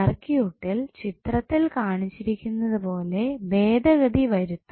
സർക്യൂട്ടിൽ ചിത്രത്തിൽ കാണിച്ചിരിക്കുന്നതുപോലെ ഭേദഗതി വരുത്തും